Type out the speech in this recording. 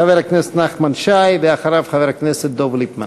חבר הכנסת נחמן שי, ואחריו, חבר הכנסת דב ליפמן.